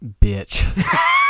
bitch